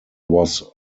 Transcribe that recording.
was